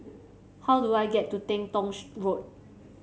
how do I get to Teng Tong Road